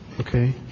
Okay